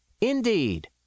Indeed